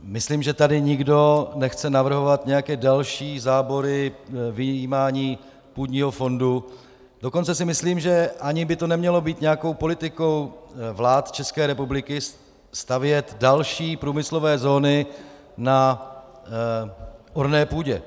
Myslím, že tady nikdo nechce navrhovat nějaké další zábory, vyjímání půdního fondu, dokonce si myslím, že ani by to nemělo být nějakou politikou vlád České republiky stavět další průmyslové zóny na orné půdě.